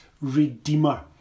Redeemer